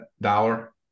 dollar